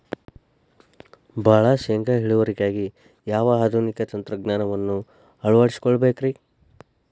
ಭಾಳ ಶೇಂಗಾ ಇಳುವರಿಗಾಗಿ ಯಾವ ಆಧುನಿಕ ತಂತ್ರಜ್ಞಾನವನ್ನ ಅಳವಡಿಸಿಕೊಳ್ಳಬೇಕರೇ?